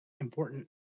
important